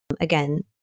again